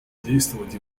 действовать